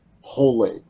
holy